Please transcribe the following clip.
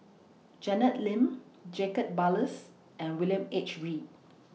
Janet Lim Jacob Ballas and William H Read